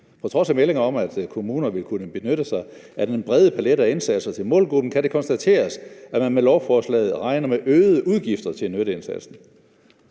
På trods af meldinger om, at kommuner vil kunne benytte sig af den brede pallette af indsatser til målgruppen, kan det konstateres, at man med lovforslaget regner med øgede udgifter til nytteindsats.«